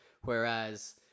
Whereas